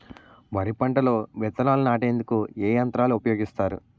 వరి పంటలో విత్తనాలు నాటేందుకు ఏ యంత్రాలు ఉపయోగిస్తారు?